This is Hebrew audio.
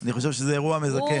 אני חושב שזה אירוע מזכה.